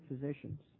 physicians